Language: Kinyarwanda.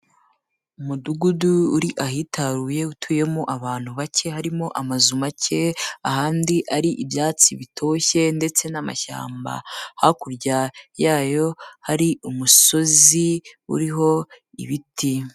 Umudugudu uri ahitaruye utuyemo abantu bake, harimo amazu make, ahandi ari ibyatsi bitoshye ndetse n'amashyamba, hakurya yayo hari umusozi uriho ibiti.